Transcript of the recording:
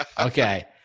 okay